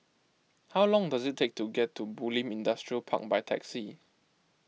how long does it take to get to Bulim Industrial Park by taxi